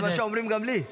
זה מה שאומרים גם לי.